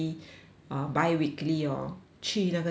uh biweekly orh 去那个 T_C_M